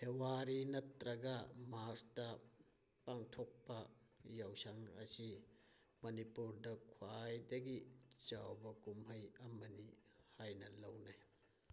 February ꯅꯠꯇ꯭ꯔꯒ ꯃꯥꯔꯁꯇ ꯄꯥꯡꯊꯣꯛꯄ ꯌꯥꯎꯁꯪ ꯑꯁꯤ ꯃꯅꯤꯄꯨꯔꯗ ꯈ꯭ꯋꯥꯏꯗꯒꯤ ꯆꯥꯎꯕ ꯀꯨꯝꯍꯩ ꯑꯃꯅꯤ ꯍꯥꯏꯅ ꯂꯧꯅꯩ